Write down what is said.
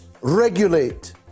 regulate